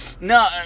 No